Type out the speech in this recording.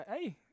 hey